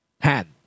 hand